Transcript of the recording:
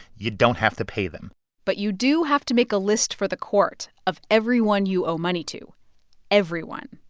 you don't have to pay them but you do have to make a list for the court of everyone you owe money to everyone.